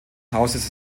hauses